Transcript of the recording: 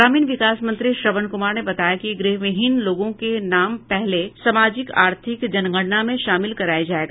ग्रामीण विकास मंत्री श्रवण कुमार ने बताया कि गृहविहीन लोगों के नाम पहले सामाजिक आर्थिक जनगणना में शामिल कराया जायेगा